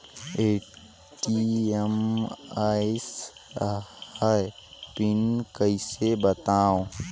ATM आइस ह pin कइसे बनाओ?